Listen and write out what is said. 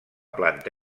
planta